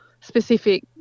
specific